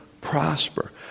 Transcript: prosper